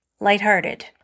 Lighthearted